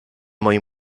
moim